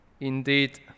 indeed